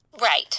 Right